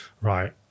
right